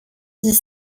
dix